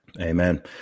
Amen